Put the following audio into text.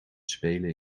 spelen